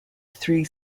three